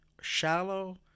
shallow